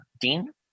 Dean